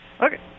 okay